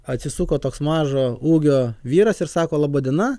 atsisuko toks mažo ūgio vyras ir sako laba diena